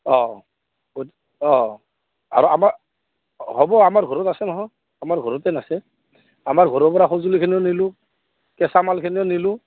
অঁ অঁ আৰু আমাৰ হ'ব আমাৰ ঘৰত আছে নহয় আমাৰ ঘৰতে আছে আমাৰ ঘৰৰপৰা সঁজুলিখিনিও নিলোঁ কেঁচা মালখিনিও নিলোঁ